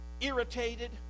Irritated